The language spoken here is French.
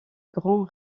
gran